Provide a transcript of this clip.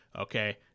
okay